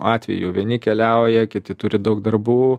atvejų vieni keliauja kiti turi daug darbų